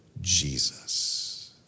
Jesus